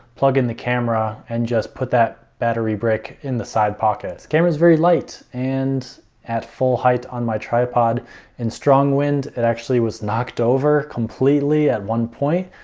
plug in the camera and just put that battery brick in the side pocket. this camera is very light and at full height on my tripod in strong wind, it actually was knocked over completely at one point.